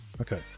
Okay